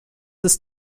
ist